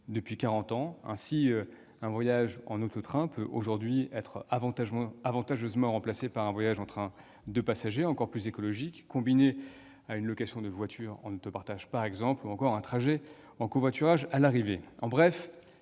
depuis quarante ans. Ainsi, un voyage en auto-train peut aujourd'hui être avantageusement remplacé par un voyage en train de passagers, encore plus écologique, combiné avec une location de voiture en autopartage ou un trajet en covoiturage à l'arrivée.